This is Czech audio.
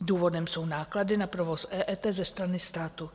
Důvodem jsou náklady na provoz EET ze strany státu.